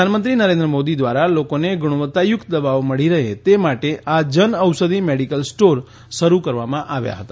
પ્રધાનમંત્રી નરેન્દ્ર મોદી દ્વારા લોકોને ગુણવત્તાયુક્ત દવાઓ મળી રહે તે માટે આ જનઔષધિ મેડીકલ સ્ટોર શરૂ કરવામાં આવ્યા હતા